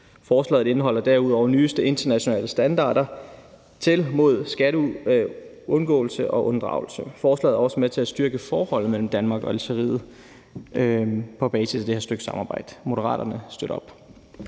Forslaget indeholder derudover nyeste internationale standarder i forhold til skatteundgåelse og -unddragelse. Forslaget er også med til at styrke forholdet mellem Danmark og Algeriet på basis af det her stykke samarbejde. Moderaterne støtter op.